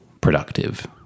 productive